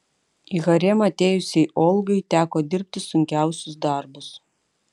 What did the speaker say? į haremą atėjusiai olgai teko dirbti sunkiausius darbus